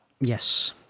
Yes